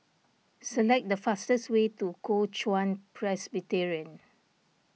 select the fastest way to Kuo Chuan Presbyterian